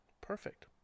Perfect